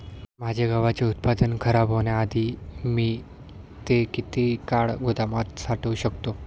माझे गव्हाचे उत्पादन खराब होण्याआधी मी ते किती काळ गोदामात साठवू शकतो?